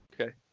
Okay